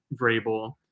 Vrabel